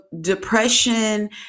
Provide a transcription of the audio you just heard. depression